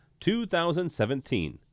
2017